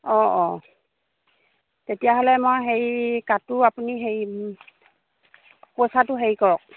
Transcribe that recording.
অঁ অঁ তেতিয়াহ'লে মই হেৰি কাটো আপুনি হেৰি পইচাটো হেৰি কৰক